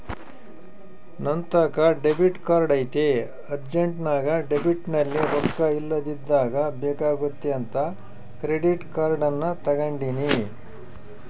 ನಂತಾಕ debit card ಐತೆ ಅರ್ಜೆಂಟ್ನಾಗ ಡೆಬಿಟ್ನಲ್ಲಿ ರೊಕ್ಕ ಇಲ್ಲದಿದ್ದಾಗ ಬೇಕಾಗುತ್ತೆ ಅಂತ ಕ್ರೆಡಿಟ್ ಕಾರ್ಡನ್ನ ತಗಂಡಿನಿ